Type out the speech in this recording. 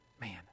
man